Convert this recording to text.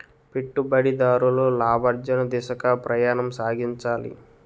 పెట్టుబడిదారులు లాభార్జన దిశగా ప్రయాణం సాగించాలి